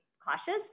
Cautious